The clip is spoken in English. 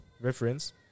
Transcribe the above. reference